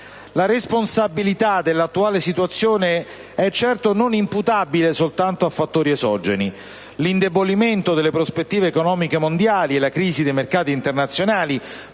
La responsabilità dell'attuale situazione non è certamente imputabile solo a fattori esogeni: l'indebolimento delle prospettive economiche mondiali e la crisi dei mercati internazionali,